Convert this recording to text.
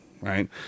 right